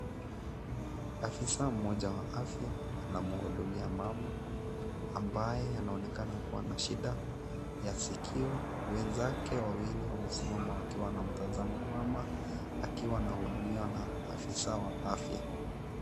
Afisa mmoja wa afya anamhudumia mama ambaye anaonekana kuwa na shida ya sikio . Wenzake wawili wamesimama wakiwa wanamtazama mama akiwa anahudumiwa na afisa wa afya.